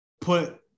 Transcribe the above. put